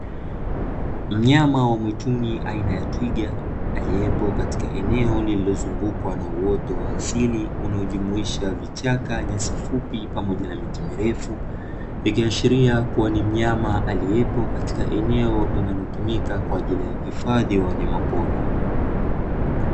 Mnyama wa mwituni aina ya twiga aliyepo katika eneo lilozungukwa na uoto wa asili unaojumuisha vichaka, nyasi fupi pamoja na miti mirefu ikiashiria kuwa ni mnyama aliyepo katika eneo linalotumika kwa ajili ya hifadhi ya wanyama pori.